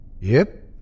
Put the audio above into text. Yep